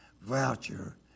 voucher